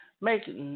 make